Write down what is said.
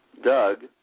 Doug